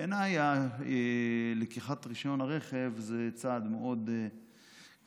בעיניי לקיחת רישיון הרכב זה צעד מאוד קשה.